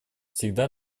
всегда